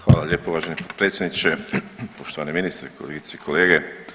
Hvala lijepo uvaženi potpredsjedniče, poštovani ministri, kolegice i kolege.